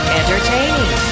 entertaining